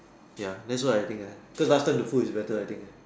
ya this one I think ah good life and the food is better I think eh